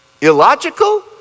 Illogical